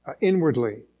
inwardly